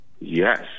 Yes